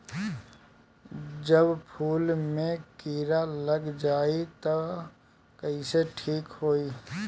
जब फूल मे किरा लग जाई त कइसे ठिक होई?